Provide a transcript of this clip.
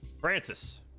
Francis